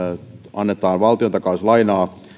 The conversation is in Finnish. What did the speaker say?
annetaan valtiontakauslainaa